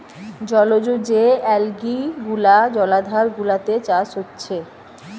জলজ যে অ্যালগি গুলা জলাধার গুলাতে চাষ হচ্ছে